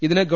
ഇതിന് ഗവ